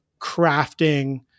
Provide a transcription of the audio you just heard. crafting